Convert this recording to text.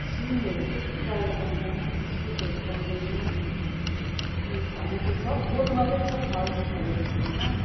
सिमीहरू त्यत्ति प्रायः पाउँदैन इस्कुसहरू पाउँदैन छन चाहिँ छ बोट मात्रै छ फल चाहिँ फलेको छैन